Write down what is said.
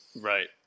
Right